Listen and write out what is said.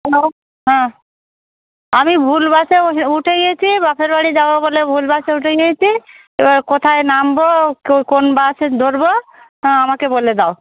hello হ্যাঁ আমি ভুল বাসে উঠে গছি বাপের বাাড়ি যাবা বলে ভুল বাসে উঠে গিয়েছি এবার কোথায় নামবো কোন বাসে ধরবো তা আমাকে বলে দাও